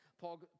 Paul